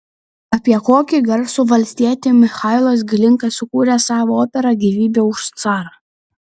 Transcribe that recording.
apie kokį garsų valstietį michailas glinka sukūrė savo operą gyvybė už carą